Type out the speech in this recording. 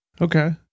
Okay